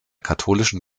katholischen